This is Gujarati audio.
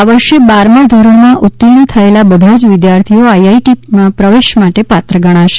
આ વર્ષે બારમાં ધોરણમાં ઉતીર્થ થયેલા બધા જ વિદ્યાર્થીઓ આઇઆઇટીમાં પ્રવેશ માટે પાત્ર ગણાશે